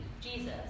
Jesus